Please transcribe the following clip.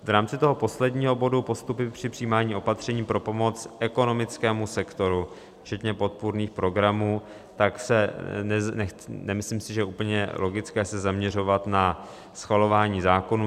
V rámci toho posledního bodu postupy při přijímání opatření pro pomoc ekonomickému sektoru, včetně podpůrných programů nemyslím si, že je úplně logické se zaměřovat na schvalování zákonů.